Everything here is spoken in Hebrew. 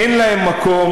אין להן מקום.